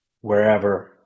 wherever